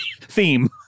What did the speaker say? theme